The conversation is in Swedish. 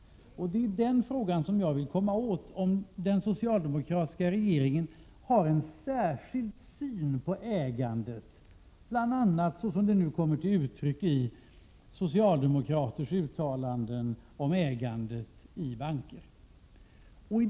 Jag vill därför komma åt frågan om den socialdemokratiska regeringen har en särskild syn på ägandet, bl.a. såsom den nu kommer till uttryck i socialdemokraters uttalanden om ägandet i banker.